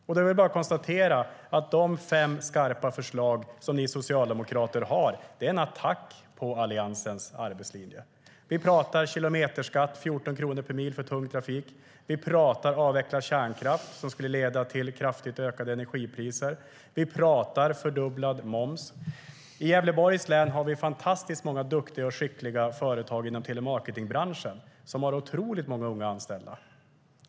Det är bara att konstatera att de fem skarpa förslag som ni socialdemokrater har är en attack på Alliansens arbetslinje. Ni talar om kilometerskatt på tung trafik med 14 kronor per mil. Ni talar om att avveckla kärnkraft, vilket skulle leda till kraftigt ökade energipriser. Ni talar om fördubblad moms. I Gävleborgs län har vi fantastiskt många duktiga och skickliga företag inom telemarketingbranschen som har otroligt många unga anställda.